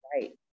right